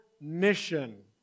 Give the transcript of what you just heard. mission